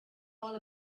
all